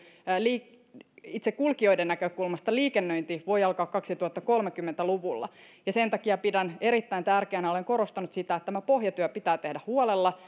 liikennöinti itse kulkijoiden näkökulmasta voi alkaa kaksituhattakolmekymmentä luvulla ja sen takia pidän erittäin tärkeänä ja olen korostanut sitä että tämä pohjatyö pitää tehdä huolella